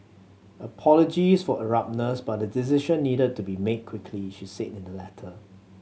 apologies for abruptness but a decision needed to be made quickly she said in the letter